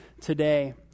today